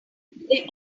they